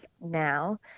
now